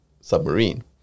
submarine